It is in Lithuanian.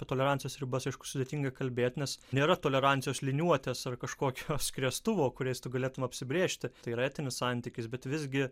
apie tolerancijos ribas aišku sudėtinga kalbėti nes nėra tolerancijos liniuotės ar kažkokio skriestuvo kuriais tu galėtum apsibrėžti tai yra etinis santykis bet visgi